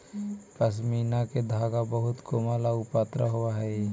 पशमीना के धागा बहुत कोमल आउ पतरा होवऽ हइ